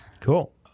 Cool